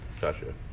Gotcha